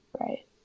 Right